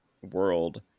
world